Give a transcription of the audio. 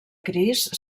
crist